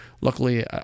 Luckily